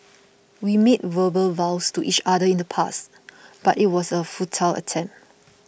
we made verbal vows to each other in the past but it was a futile attempt